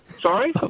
Sorry